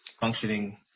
functioning